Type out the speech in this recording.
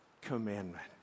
commandment